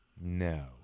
no